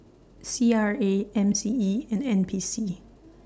C R A M C E and N P C